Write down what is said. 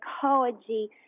psychology